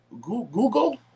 Google